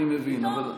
אני מבין,